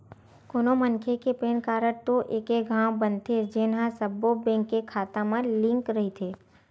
कोनो मनखे के पेन कारड तो एके घांव बनथे जेन ह सब्बो बेंक के खाता म लिंक रहिथे